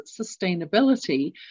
sustainability